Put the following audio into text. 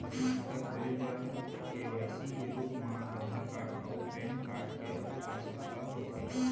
बचत खाता खोले बर के.वाइ.सी के रूप मा आधार कार्ड अऊ पैन कार्ड के आवसकता होथे